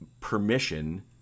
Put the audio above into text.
permission